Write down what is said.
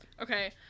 Okay